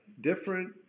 different